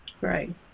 Right